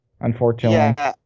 unfortunately